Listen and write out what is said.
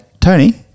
Tony